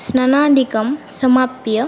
स्नानादिकं समाप्य